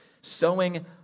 Sowing